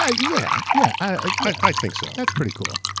ah yeah, yeah. i think so. that's pretty cool.